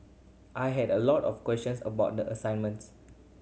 I had a lot of questions about the assignments